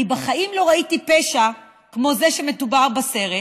"אני בחיים לא ראיתי פשע כמו זה שמדובר בסרט,